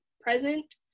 present